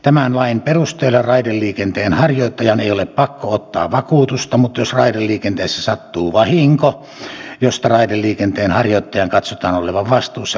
tämän lain perusteella raideliikenteenharjoittajan ei ole pakko ottaa vakuutusta mutta jos raideliikenteessä sattuu vahinko josta raideliikenteenharjoittajan katsotaan olevan vastuussa liikenteenharjoittaja maksaa